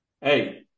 Hey